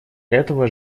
этого